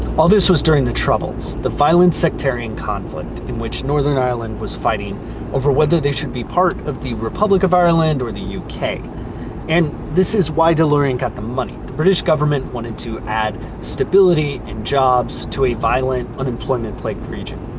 all this was during the troubles, the violent sectarian conflict in which northern ireland was fighting over whether they should be part of the republic of ireland or the uk. and this is why delorean got the money. the british government wanted to add stability and jobs to a violent, unemployment-plagued region.